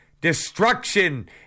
destruction